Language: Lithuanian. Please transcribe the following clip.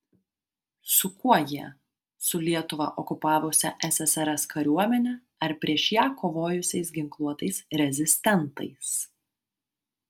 su kuo jie su lietuvą okupavusia ssrs kariuomene ar prieš ją kovojusiais ginkluotais rezistentais